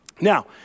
Now